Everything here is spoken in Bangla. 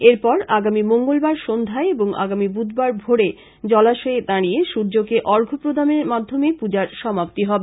এরপর আগামী মঙ্গলবার সন্ধ্যায় এবং আগামী বুধবার ভোরে জলাশয়ে দাঁড়িয়ে সূর্যকে অর্ঘ্য প্রদানের মাধ্যমে পূজার সমাপ্তি হবে